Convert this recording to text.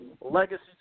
legacy